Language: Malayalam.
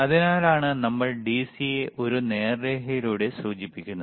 അതിനാലാണ് നമ്മൾ DC യെ ഒരു നേർരേഖയിലൂടെ സൂചിപ്പിക്കുന്നത്